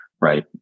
right